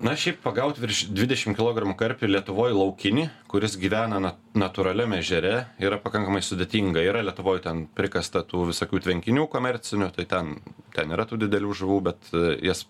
na šiaip pagaut virš dvidešim kilogramų karpį lietuvoj laukinį kuris gyvena na natūraliam ežere yra pakankamai sudėtinga yra lietuvoj ten prikasta tų visokių tvenkinių komercinių tai ten ten yra tų didelių žuvų bet jas